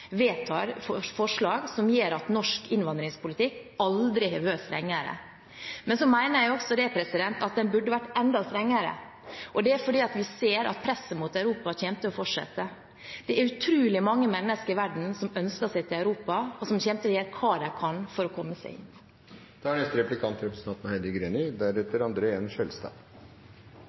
vedtar forslag som gjør at norsk innvandringspolitikk aldri har vært strengere. Men så mener jeg også at den burde vært enda strengere, og det er fordi vi ser at presset mot Europa kommer til å fortsette. Det er utrolig mange mennesker i verden som ønsker seg til Europa, og som kommer til å gjøre hva de kan for å komme seg inn. Senterpartiet støtter alle forslag som er